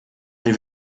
ein